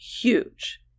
huge